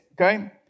okay